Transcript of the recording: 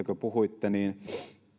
kun puhuitte näistä äänestäjäsegmenteistä että